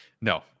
No